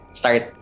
start